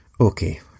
Okay